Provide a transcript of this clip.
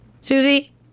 Susie